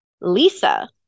Lisa